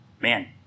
man